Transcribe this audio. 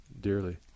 dearly